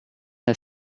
the